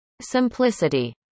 simplicity